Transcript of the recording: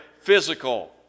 physical